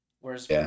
Whereas